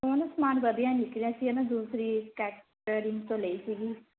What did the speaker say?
ਉਹ ਨਾ ਸਮਾਨ ਵਧੀਆ ਨਿਕਲਿਆ ਸੀ ਇਹ ਨਾ ਦੂਸਰੀ ਕੈਟਰਿੰਗ ਤੋਂ ਲਈ ਸੀਗੀ